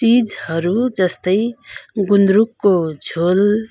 चिजहरू जस्तै गुन्द्रुकको झोल